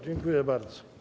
Dziękuję bardzo.